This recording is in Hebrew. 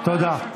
תודה.